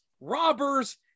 robbers